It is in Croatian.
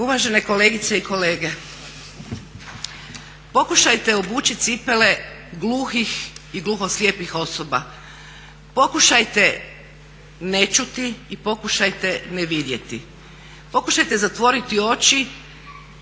Uvažene kolegice i kolege, pokušajte obući cipele gluhih i gluhoslijepih osoba, pokušajte ne čuti i pokušajte ne vidjeti, pokušajte zatvoriti oči